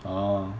哦